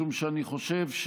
משום שאני חושב,